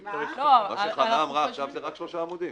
מה שחנה אמרה עכשיו זה רק שלושה עמודים.